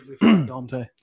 Dante